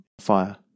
fire